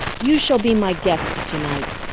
you shall be my guests to-night.